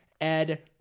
Ed